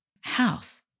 house